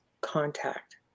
contact